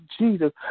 Jesus